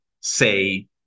say